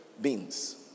beans